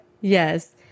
Yes